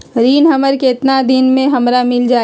ऋण हमर केतना दिन मे हमरा मील जाई?